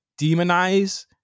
demonize